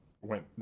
went